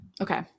Okay